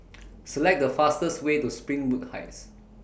Select The fastest Way to Springwood Heights